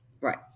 Right